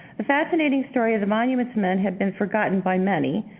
the fascinating story of the monuments men had been forgotten by many,